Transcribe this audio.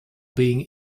being